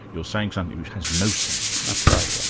you're saying something which has no sense. that's right. ah